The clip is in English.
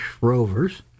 Rovers